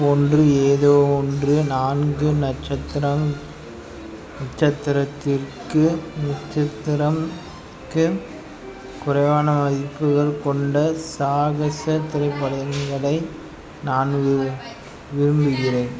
போன்று ஏதோ ஒன்று நான்கு நட்சத்திரம் நட்சத்திரத்திற்கு நட்சத்திரமுக்கு குறைவான மதிப்புகள் கொண்ட சாகச திரைப்படங்களை நான் விரு விரும்புகிறேன்